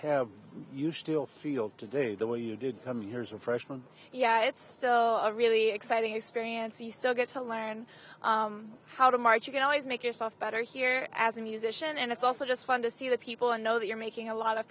have you still feel today the way you did some years of freshman yeah it's still a really exciting experience you still get to learn how to march you can always make yourself better here as a musician and it's also just fun to see the people and know that you're making a lot of